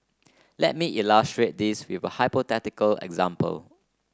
let me illustrate this with a hypothetical example